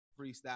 freestyle